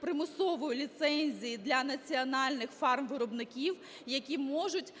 примусової ліцензії для національних фармвиробників, які можуть